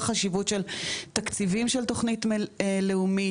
זו החשיבות של תקציבים של תוכנית לאומית,